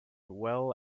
well